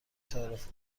تعارف